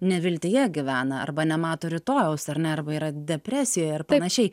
neviltyje gyvena arba nemato rytojaus ar ne arba yra depresijoje ar panašiai